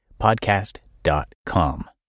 podcast.com